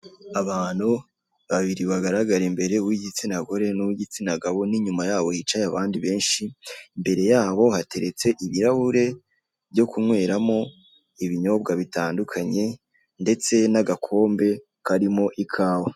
Abantu babiri bagaragara imbere, uw'igitsina gore n'uw'igitsina gabo n'inyuma yabo hicaye abandi benshi, imbere yabo hateretse ibirahure byo kunyweramo ibinyobwa bitandukanye ndetse n'agakombe karimo ikawa.